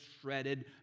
shredded